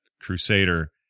crusader